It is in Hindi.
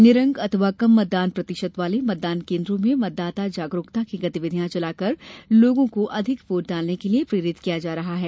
निरंक अथवा कम मतदान प्रतिशत वाले मतदान केन्द्रों में मतदाता जागरूकता की गतिविधियां चलाकर लोगों को अधिक वोट डालने के लिये प्रेरित किया जा रहा है